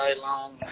long